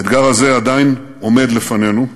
האתגר הזה עדיין עומד לפנינו,